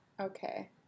Okay